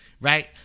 right